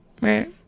Right